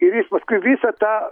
ir jis paskui visą tą